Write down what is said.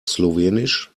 slowenisch